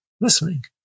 listening